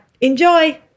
Enjoy